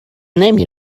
نمی